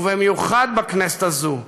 ובמיוחד בכנסת הזאת,